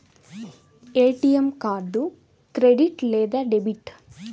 ATM card credit లేదా debit?